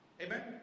Amen